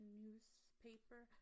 newspaper